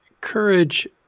courage